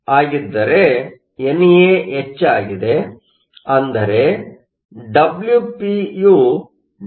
ಆದ್ದರಿಂದ N AND ಆಗಿದ್ದರೆ NA ಹೆಚ್ಚಾಗಿದೆ ಅಂದರೆ WpWn ಆಗಿದೆ